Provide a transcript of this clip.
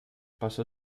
pasó